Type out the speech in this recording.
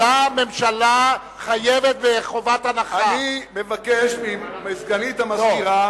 הממשלה חייבת בחובת הנחה, אבל הרבה יותר קצרה.